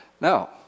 Now